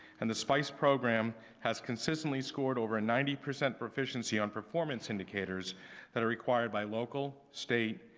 and the spice program has consistently scored over a ninety percent proficiency on performance indicators that are required by local, state,